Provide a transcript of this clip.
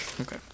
Okay